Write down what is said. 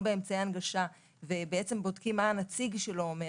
באמצעי הנגשה ובדיקה מה הנציג שלו אומר